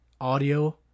audio